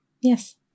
Yes